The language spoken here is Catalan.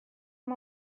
amb